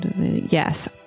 Yes